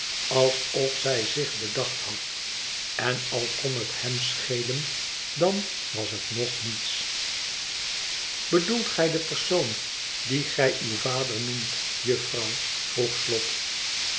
alsof zij zich bedacht had en al kon het hem schelen dan was het nog niets bedoelt gij den persoon dien gij uw vader noemt juffrouw vroeg slop